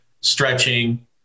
stretching